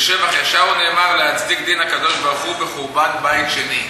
ושבח "ישר" הוא נאמר להצדיק דין הקדוש-ברוך-הוא בחורבן בית שני.